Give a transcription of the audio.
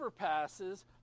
overpasses